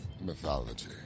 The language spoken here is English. mythology